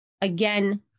Again